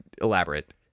elaborate